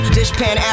Dishpan